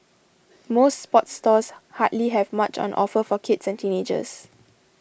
most sports stores hardly have much on offer for kids and teenagers